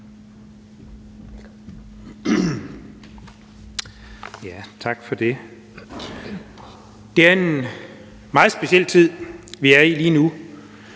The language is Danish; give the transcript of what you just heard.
Tak for det. Det er en meget speciel tid, vi er i lige nu.